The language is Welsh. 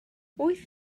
wyth